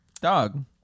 Dog